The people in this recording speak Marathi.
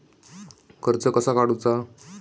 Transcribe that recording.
कर्ज कसा काडूचा?